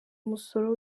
umusoro